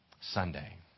Sunday